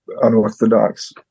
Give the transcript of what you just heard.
unorthodox